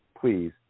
please